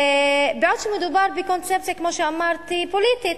בעוד שמדובר בקונספציה, כמו שאמרתי, פוליטית.